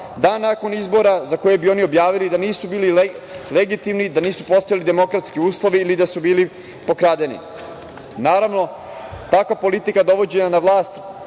dan nakon izbora, za koje bi oni objavili da nisu bili legitimni, da nisu postojali demokratski uslovi ili da su bili pokradeni. Naravno, takva politika dovođenja na vlast